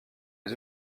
les